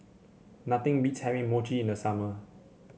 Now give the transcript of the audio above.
nothing beats having Mochi in the summer